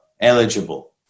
eligible